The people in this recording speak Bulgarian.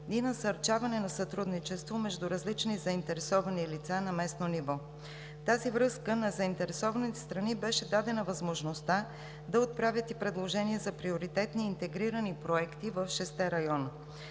и насърчаване на сътрудничество между различни заинтересовани лица на местно ниво. В тази връзка на заинтересованите страни беше дадена възможността да отправят и предложения за приоритетни интегрирани проекти в шестте района,